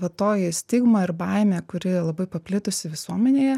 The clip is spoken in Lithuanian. va toji stigma ir baimė kuri labai paplitusi visuomenėje